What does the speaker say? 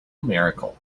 miracle